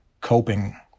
coping